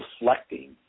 reflecting